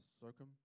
circum